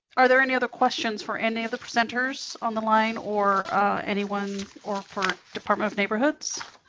are there any other questions for any of the presenters on the line, or anyone, or for department of neighborhoods?